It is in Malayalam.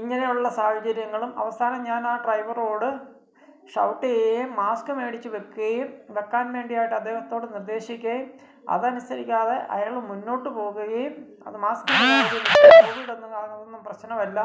ഇങ്ങനെയുള്ള സാഹചര്യങ്ങളും അവസാനം ഞാനാ ഡ്രൈവറോട് ഷൗട്ടെയ്യേം മാസ്ക് മേടിച്ച് വെക്കുകയും വെക്കാൻ വേണ്ടിയായിട്ടദ്ദേഹത്തോട് നിർദ്ദേശിക്കുകയും അതനുസരിക്കാതെ അയാള് മുന്നോട്ട് പോവുകയും അത് മാസ്ക്ക് കോവിഡൊന്നും അതൊന്നും പ്രശ്നമല്ല